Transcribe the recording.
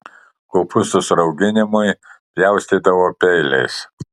kopūstus rauginimui pjaustydavo peiliais